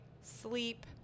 sleep